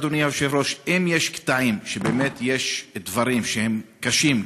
אדוני היושב-ראש: אם יש קטעים שיש שם דברים שהם קשים,